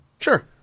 Sure